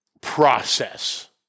process